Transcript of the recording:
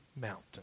mountain